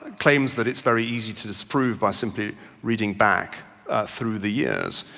claims that it's very easy to disprove by simply reading back through the years.